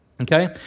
Okay